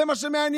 זה מה שמעניין,